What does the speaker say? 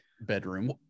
bedroom